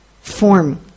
form